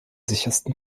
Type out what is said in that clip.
sichersten